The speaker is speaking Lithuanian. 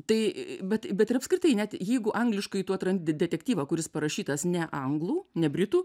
tai bet bet ir apskritai net jeigu angliškai tu atrandi detektyvą kuris parašytas ne anglų ne britų